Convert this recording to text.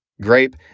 grape